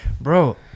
Bro